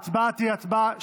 ההצבעה תהיה הצבעה שמית.